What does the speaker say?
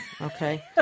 okay